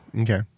Okay